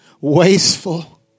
wasteful